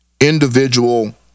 individual